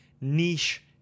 niche